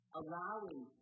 allowing